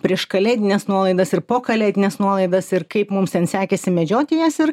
prieš kalėdines nuolaidas ir po kalėdines nuolaidas ir kaip mums ten sekėsi medžioti jas ir